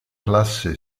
classe